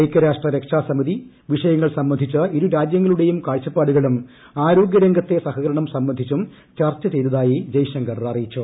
ഐക്യരാഷ്ട്ര രക്ഷാ സമിതി വിഷയങ്ങൾ സംബന്ധിച്ച് ഇരുരാജ്യങ്ങളുടെയും കാഴ്ചപ്പാടുകളും ആരോഗ്യ രംഗത്തെ സഹകരണം സംബന്ധിച്ചും ചർച്ച ചെയ്തതായി ജയ്ശങ്കർ അറിയിച്ചു